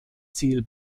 ziel